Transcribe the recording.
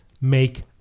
make